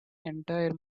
entire